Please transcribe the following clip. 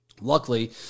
Luckily